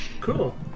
Cool